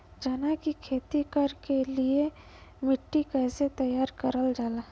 चना की खेती कर के लिए मिट्टी कैसे तैयार करें जाला?